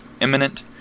imminent